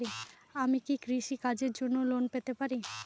আমি কি কৃষি কাজের জন্য লোন পেতে পারি?